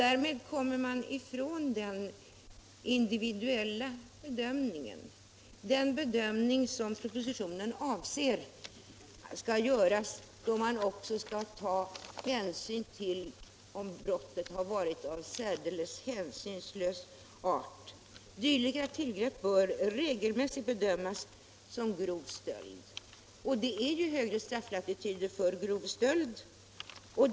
Därmed kommer man ifrån den individuella bedömning som propositionen avser skall göras, där hänsyn också skall tas till om brottet har varit av särdeles hänsynslös art. Utskottsmajoriteten säger: ”Dylika tillgrepp bör alltså —-—-- regelmässigt bedömas som grov stöld.” Det är ju högre strafflatituder för grov stöld.